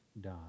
die